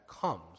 comes